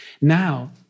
Now